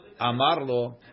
Amarlo